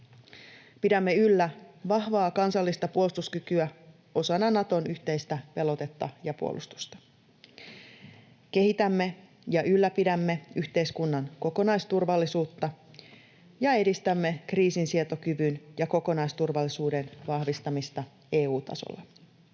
Pidämme yllä vahvaa kansallista puolustuskykyä osana Naton yhteistä pelotetta ja puolustusta. Kehitämme ja ylläpidämme yhteiskunnan kokonaisturvallisuutta ja edistämme kriisinsietokyvyn ja kokonaisturvallisuuden vahvistamista EU-tasolla.